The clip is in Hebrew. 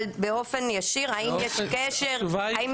אבל באופן ישיר, האם יש קשר?